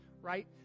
right